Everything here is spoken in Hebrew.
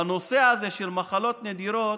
בנושא הזה של מחלות נדירות,